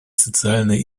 социальной